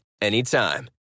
anytime